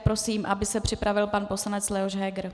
Prosím, aby se připravil pan poslanec Leoš Heger.